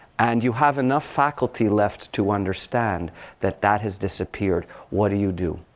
and you have enough faculty left to understand that that has disappeared. what do you do?